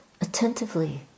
attentively